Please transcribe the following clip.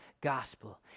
gospel